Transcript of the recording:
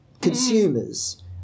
consumers